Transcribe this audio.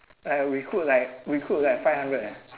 like recruit like recruit like five hundred leh